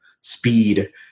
speed